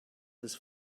his